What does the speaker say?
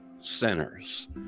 sinners